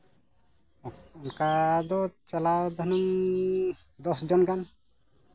ᱚᱱᱠᱟ ᱫᱚ ᱪᱟᱞᱟᱣ ᱫᱚ ᱫᱚᱥ ᱡᱚᱱ ᱜᱟᱱ